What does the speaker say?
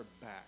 back